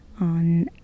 on